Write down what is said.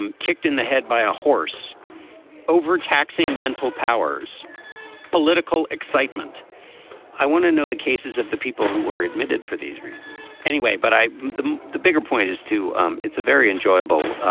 um kicked in the head by a horse overtaxing mental powers political excitement i want to know the cases of the people who were admitted for these reasons anyway but i the the bigger point is too um it's a very enjoyable